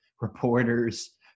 reporters